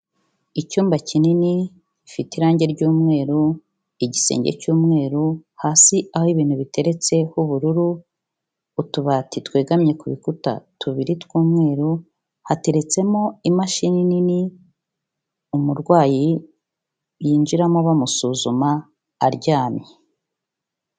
Icyumba kinini gifite irangi ry'umweru, igisenge cy'umweru, hasi aho ibintu biteretse h' ubururu, utubati twegamye ku bikuta tubiri tw'umweru, hateretsemo imashini nini, umurwayi yinjiramo bamusuzuma aryamye.